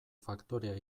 faktorea